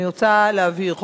אני רוצה להבהיר.